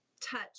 touch